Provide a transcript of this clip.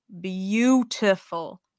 Beautiful